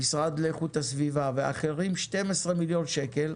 המשרד לאיכות הסביבה ואחרים 12,000,000 שקלים,